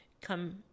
Come